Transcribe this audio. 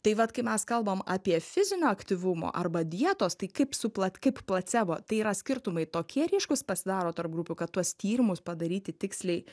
tai vat kai mes kalbam apie fizinio aktyvumo arba dietos tai kaip su plat kaip placebo tai yra skirtumai tokie ryškūs pasidaro tarp grupių kad tuos tyrimus padaryti tiksliai